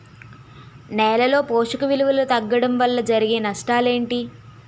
నేలలో పోషక విలువలు తగ్గడం వల్ల జరిగే నష్టాలేంటి?